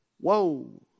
Whoa